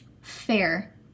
fair